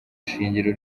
shingiro